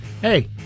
hey